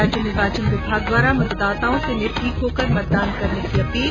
राज्य निर्वाचन विभाग द्वारा मतदाताओं से निर्भिक होकर मतदान करने की अपील